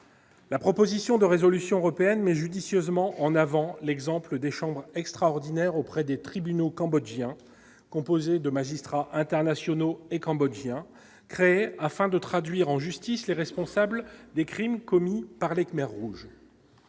La proposition de résolution européenne mais judicieusement en avant l'exemple des Chambres extraordinaires auprès des tribunaux cambodgiens, composée de magistrats internationaux et cambodgiens créée afin de traduire en justice les responsables des crimes commis par les Khmers rouges